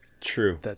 True